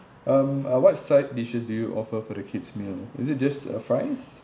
um uh what side dishes do you offer for the kids meal is it just uh fries